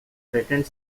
threatened